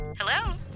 hello